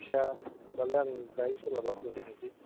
जायखिया होमबालाय आं दाहाय सोलाबबा थांनोसै